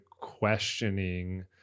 questioning